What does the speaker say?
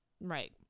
Right